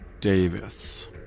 Davis